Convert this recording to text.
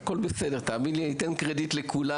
תאמין לי אני אתן קרדיט לכולם.